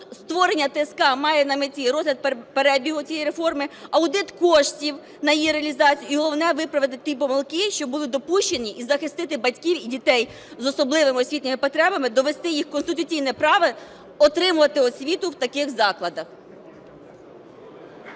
створення ТСК має на меті розгляд перебігу тієї реформи, аудит коштів на її реалізацію і, головне – виправити ті помилки, що були допущені, і захистити батьків і дітей з особливими освітніми потребами, довести їх конституційне право отримувати освіту в таких закладах.